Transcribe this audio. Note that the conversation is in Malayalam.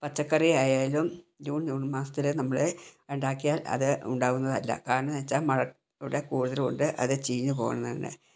പച്ചക്കറിയായാലും ജൂൺ ജൂൺ മാസത്തില് നമ്മള് ഉണ്ടാക്കിയാൽ അത് ഉണ്ടാവുന്നതല്ല കാരണന്ന് വച്ചാൽ മഴയുടെ കൂടുതല് കൊണ്ട് അത് ചീഞ്ഞ് പോണേണ്